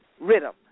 Rhythm